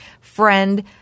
Friend